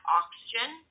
oxygen